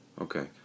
Okay